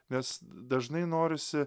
nes dažnai norisi